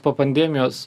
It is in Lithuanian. po pandemijos